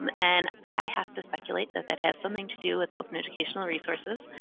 um and i have to speculate that that has something to do with open educational resources,